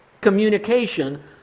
communication